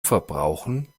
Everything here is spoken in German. verbrauchen